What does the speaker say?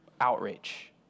outrage